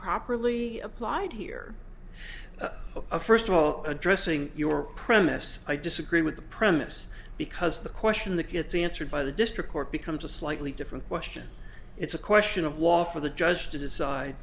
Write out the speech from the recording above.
properly applied here first of all addressing your premise i disagree with the premise because the question that gets answered by the district court becomes a slightly different question it's a question of war for the judge to decide